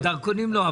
הדרכונים לא,